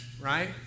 right